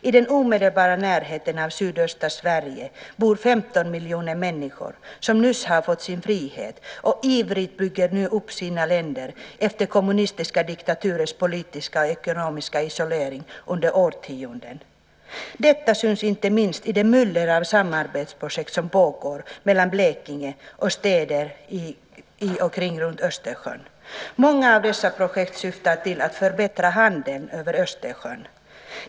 I den omedelbara närheten av sydöstra Sverige bor 15 miljoner människor som nyss har fått sin frihet och ivrigt nu bygger upp sina länder efter kommunistiska diktaturers politiska och ekonomiska isolering under årtionden. Detta syns inte minst i det myller av samarbetsprojekt som pågår mellan Blekinge och städer runt Östersjön. Många av dessa projekt syftar till att förbättra handeln över Östersjön.